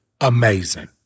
amazing